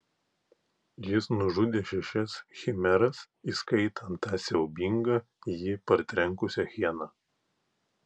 jis nužudė šešias chimeras įskaitant tą siaubingą jį partrenkusią hieną